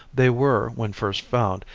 they were, when first found,